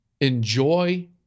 Enjoy